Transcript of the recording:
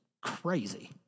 crazy